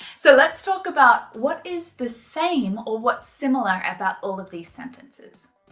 so let's talk about what is the same or what's similar about all of these sentences.